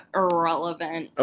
irrelevant